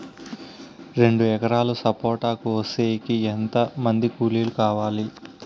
రెండు ఎకరాలు సపోట కోసేకి ఎంత మంది కూలీలు కావాలి?